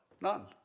None